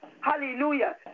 Hallelujah